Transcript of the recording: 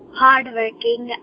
hard-working